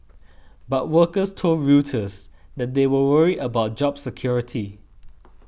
but workers told Reuters that they were worried about job security